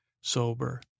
sober